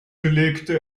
legte